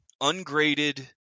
ungraded